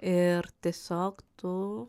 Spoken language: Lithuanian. ir tiesiog tu